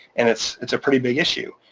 and it's it's a pretty big issue.